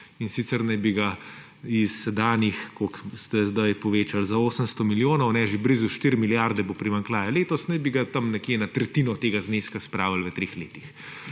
in sicer naj bi ga iz sedanjih, koliko ste zdaj povečali, za 800 milijonov, že blizu 4 milijarde bo primanjkljaja letos, naj bi ga tam nekje na tretjino tega zneska spravili v treh letih.